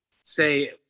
say